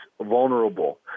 vulnerable